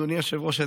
אדוני היושב-ראש,